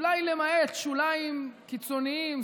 אולי למעט שוליים קיצוניים,